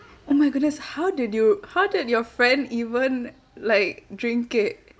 oh my goodness how did you how did your friend even like drink it